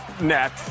net